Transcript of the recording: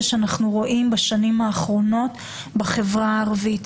שאנחנו רואים בשנים האחרונות בחברה הערבית.